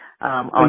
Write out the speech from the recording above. on